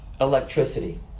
electricity